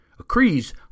Acree's